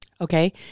Okay